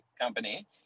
company